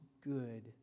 good